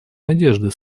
надежды